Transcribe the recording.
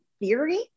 Theory